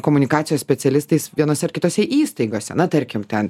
komunikacijos specialistais vienose ar kitose įstaigose na tarkim ten